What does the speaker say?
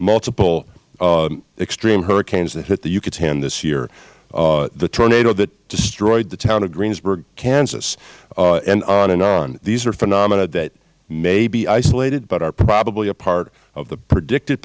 multiple extreme hurricanes that hit the yucatan this year the tornado that destroyed the town of greensburg kansas and on and on these are phenomena that may be isolated but are probably a part of the predicted